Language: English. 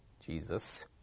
Jesus